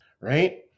Right